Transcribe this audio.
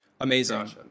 Amazing